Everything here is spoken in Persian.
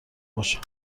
باشم